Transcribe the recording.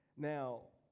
now,